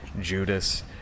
Judas